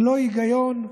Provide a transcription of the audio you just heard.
ללא היגיון,